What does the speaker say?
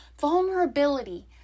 vulnerability